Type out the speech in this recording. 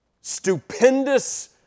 stupendous